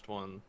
one